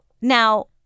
Now